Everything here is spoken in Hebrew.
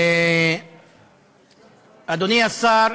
אדוני השר,